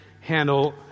handle